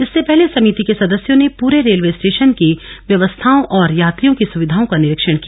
इससे पहले समिति के सदस्यों ने पूरे रेलवे स्टेशन की व्यवस्थाओं और यात्रियों की सुविधाओं का निरिक्षण किया